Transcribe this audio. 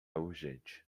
urgente